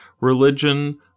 religion